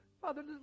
Father